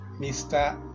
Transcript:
Mr